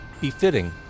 befitting